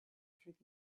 through